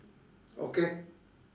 okay